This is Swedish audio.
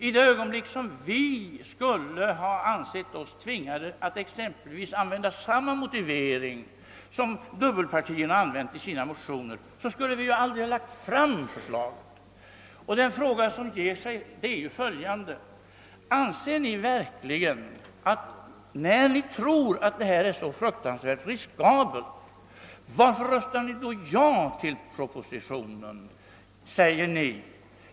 I det ögonblick vi skulle ha ansett oss tvingade att använda exempelvis den motivering som dubbelpartierna använt i sina motioner skulle vi aldrig ha lagt fram förslaget. Och den fråga som reser sig är följande: När ni tror att det hela är så fruktansvärt riskabelt, varför vill ni då rösta ja till propositionen?